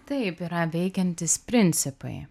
taip yra veikiantys principai